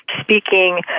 speaking